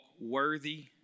worthy